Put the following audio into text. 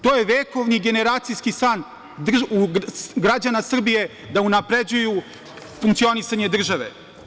To je vekovni generacijski san građana Srbije, da unapređuju funkcionisanje države.